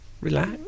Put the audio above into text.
Relax